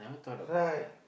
right